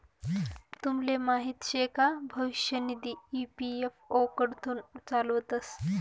तुमले माहीत शे का भविष्य निधी ई.पी.एफ.ओ कडथून चालावतंस